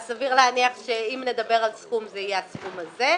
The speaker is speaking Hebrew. אז סביר להניח שאם נדבר על סכום זה יהיה הסכום הזה,